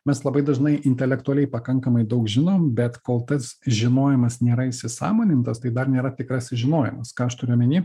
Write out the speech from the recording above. mes labai dažnai intelektualiai pakankamai daug žinom bet kol tas žinojimas nėra įsisąmonintas tai dar nėra tikrasis žinojimas ką aš turiu omeny